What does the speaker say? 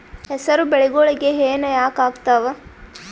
ಹೆಸರು ಬೆಳಿಗೋಳಿಗಿ ಹೆನ ಯಾಕ ಆಗ್ತಾವ?